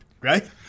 Right